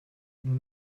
nous